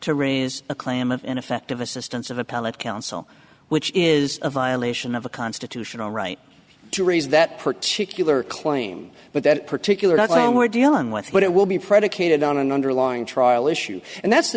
to raise a claim of ineffective assistance of appellate counsel which is a violation of the constitutional right to raise that particular claim but that particular time we're dealing with what it will be predicated on an underlying trial issue and that's the